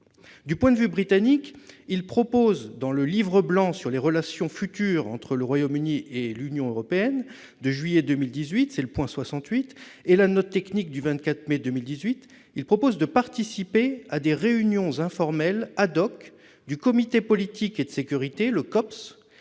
? Les Britanniques proposent, dans le Livre blanc sur les relations futures entre le Royaume-Uni et l'Union européenne de juillet 2018- c'est le point 68-et la note technique du 24 mai 2018, de participer à des réunions informelles du Comité politique et de sécurité, le COPS,